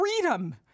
freedom